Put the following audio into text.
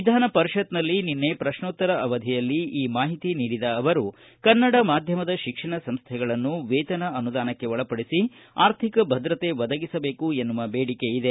ವಿಧಾನ ಪರಿಷತ್ತಿನಲ್ಲಿ ನಿನ್ನೆ ಪ್ರಶ್ನೋತ್ತರ ಅವಧಿಯಲ್ಲಿ ಈ ಮಾಹಿತಿ ನೀಡಿದ ಅವರು ಕನ್ನಡ ಮಾಧ್ಯಮದ ಶಿಕ್ಷಣ ಸಂಸ್ಥೆಗಳನ್ನು ವೇತನ ಅನುದಾನಕ್ಷೆ ಒಳಪಡಿಸಿ ಆರ್ಥಿಕ ಭದ್ರತೆ ಒದಗಿಸಬೇಕು ಎನ್ನುವ ದೇಡಿಕೆ ಇದೆ